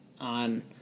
on